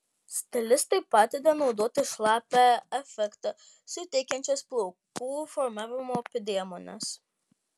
stilistai pataria naudoti šlapią efektą suteikiančias plaukų formavimo priemones